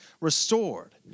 restored